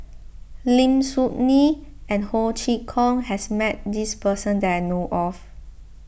Lim Soo Ngee and Ho Chee Kong has met this person that I know of